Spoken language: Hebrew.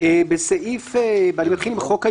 אז אני רוצה לספר לאדוני